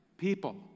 People